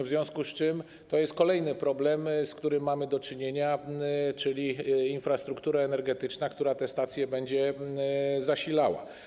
W związku z tym to jest kolejny problem, z którym mamy do czynienia, czyli infrastruktura energetyczna, która te stacje będzie zasilała.